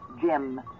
Jim